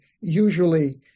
Usually